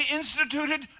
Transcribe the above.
instituted